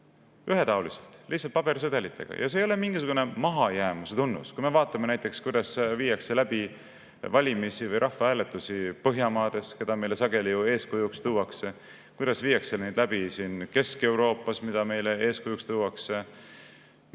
ühetaoline, lihtsalt pabersedelitega. See ei ole mingisugune mahajäämuse tunnus. Kui me vaatame näiteks, kuidas viiakse läbi valimisi või rahvahääletusi Põhjamaades, keda meile sageli ju eeskujuks tuuakse, kuidas viiakse neid läbi Kesk-Euroopas, keda meile eeskujuks tuuakse, siis